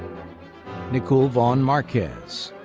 nichol vaughn marquez.